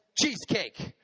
cheesecake